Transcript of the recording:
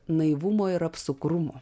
naivumo ir apsukrumo